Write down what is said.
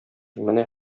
менә